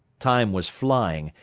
time was flying,